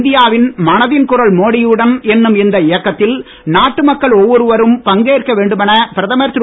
இந்தியாவின் மனதின் குரல் மோடியுடன் என்னும் இந்த இயக்கத்தில் நாட்டு மக்கள் ஒவ்வொருவரும் பங்கேற்க வேண்டும் என பிரதமர் திரு